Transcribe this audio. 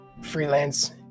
freelance